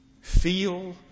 Feel